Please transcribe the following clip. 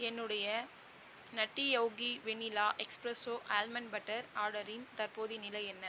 என்னுடைய Nutty Yogi vanilla espresso almond butter ஆர்டரின் தற்போதைய நிலை என்ன